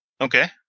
Okay